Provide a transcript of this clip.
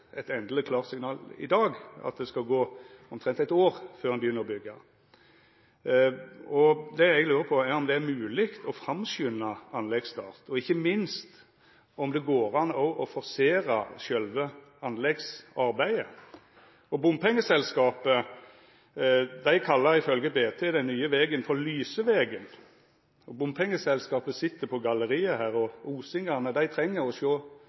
eit endeleg klarsignal i dag – at det skal gå omtrent eitt år før ein begynner å byggja. Det eg lurer på, er om det er mogleg å påskunda anleggsstarten, og ikkje minst om det òg går an å forsera sjølve anleggsarbeidet. Bompengeselskapet kallar, ifølgje BT, den nye vegen for «Lysevegen». Bompengeselskapet sit på galleriet her, og osingane treng å sjå